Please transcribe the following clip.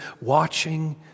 watching